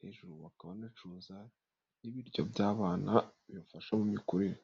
hejuru bakaba banacuruza n'ibiryo by'abana bibafasha mu mikurire.